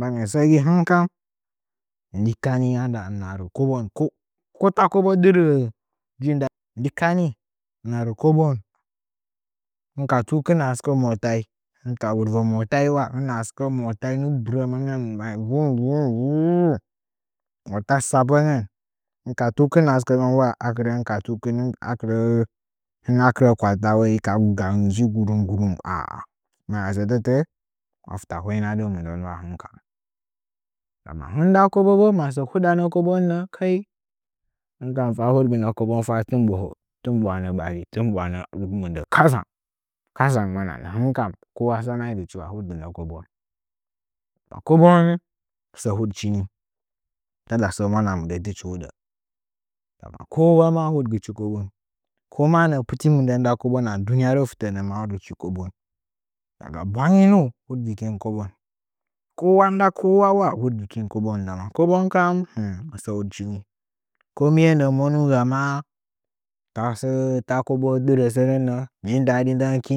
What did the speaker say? Masɚ gɨ hɨnkam ndikani ana rɚ kobon kota kobo ɗɨrɚ jin daɗi ndɨkani hɨna rɚ kobon hɨn ka tsɨbkin a sɨkɚ motai hɨnka wurvɚ motai wa nggɨ bɨrɚmɚɚn mai vung vung vug mata tsappɚnɚn akirɚ hɨn ka tukikin a kɨrɚ kwalta ka a sɚtɚtɚ’ɚ mafta hwainada mɨndɚ wa hɨn kam ndama hɨn nda kobo bo masɚ hiɗanɚ kobon nɚɚ bo kai hɨn kamfa huɗgɨnɚ kobon tin ɓoho tɨn ɓwahana mɨndɚ kadzang kadzaig mwananɚ kowawa tsamagɨchi huɗa haba kowawa huɗgɨcho kobon ko manɚɚ pɨɨi mɨndɚn nda kobon a duniyaru fitɚ nɚɚ ma huɗgɨchi kobon ndaga bwangɚ ngɚn huɗgtkin kobon kowa nda kowa hudgɨkin kobon ndama kobon kam sɚ huɗchi ni ko miye nɚ’ɚ monuga ma tasɚ ta kobo ɗɨrɚ sɚnɚnɚɚ jin daɗi ndengɚki